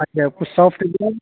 اچھا کچھ soft where